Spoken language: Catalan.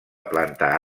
plantar